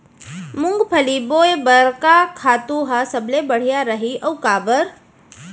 मूंगफली बोए बर का खातू ह सबले बढ़िया रही, अऊ काबर?